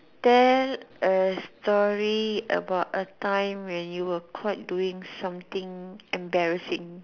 then a story about a time when you were caught doing something embarrassing